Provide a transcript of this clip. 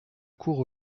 cour